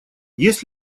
есть